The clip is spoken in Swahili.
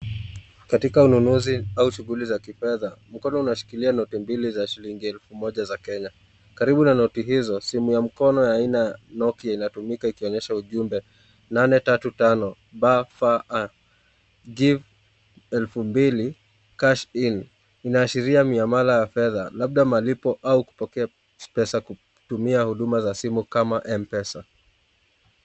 Katika ununuzi au shughuli za kifedha, mkono unashikilia noti mbili za shilingi elfu moja za Kenya. Karibu na noti hizo, simu ya mkono yaaina ya Nokia inatumika ikionyesha ujumbe: 835BFA, Give 2000 cash in . Inaashiria miamala ya fedha labda malipo au kupokea pesa kutumia huduma za simu kama m-pesa.